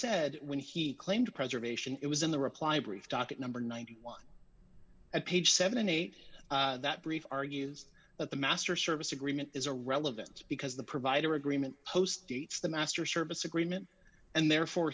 said when he claimed preservation it was in the reply brief docket number ninety one at page seventy eight that brief argues that the master service agreement is a relevant because the provider agreement post dates the master service agreement and therefore